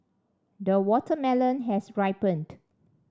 the watermelon has ripened